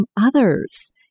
others